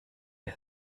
der